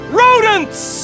rodents